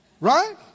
right